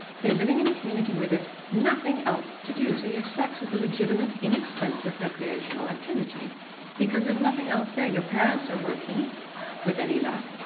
they are living in a community where there's nothing else to do so you have sex as a legitimate, inexpensive recreational activity because there's nothing else there. your parents are working with any luck,